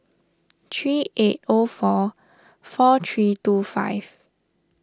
three eight O four four three two five